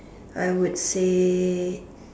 I would say